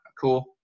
cool